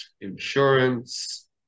insurance